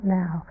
now